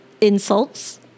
insults